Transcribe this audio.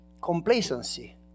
complacency